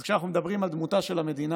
אז כשאנחנו מדברים על דמותה של המדינה,